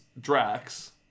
Drax